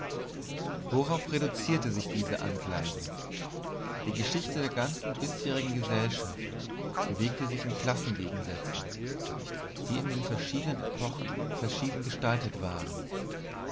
worauf reduziert sich diese anklage die geschichte der ganzen bisherigen gesellschaft bewegte sich in klassengegensätzen die in den verschiedensten epochen verschieden gestaltet waren